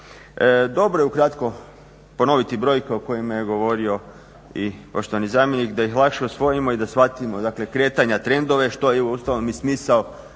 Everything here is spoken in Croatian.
Dobro je ukratko ponoviti brojke o kojima je govorio i poštovani zamjenik da ih lakše usvojimo i da shvatimo dakle kretanja, trendove što je uostalom i smisao